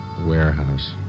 Warehouse